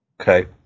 Okay